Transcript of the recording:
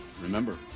Remember